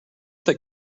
that